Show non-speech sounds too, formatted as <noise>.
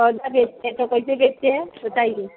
<unintelligible> बेचते हैं तो कैसे बेचते हैं बताइए